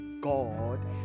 God